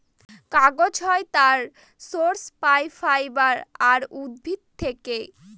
কাগজ হয় তার সোর্স পাই ফাইবার আর উদ্ভিদ থেকে